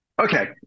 Okay